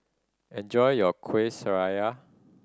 enjoy your kuih sraya